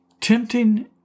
tempting